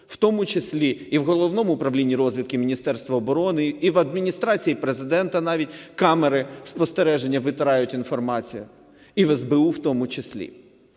в тому числі і в Головному управлінні розвідки Міністерства оборони, і в Адміністрації Президента навіть камери спостереження витирають інформацію, і в СБУ в тому числі.